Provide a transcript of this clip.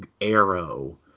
Arrow